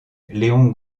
léon